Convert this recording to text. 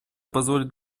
позволит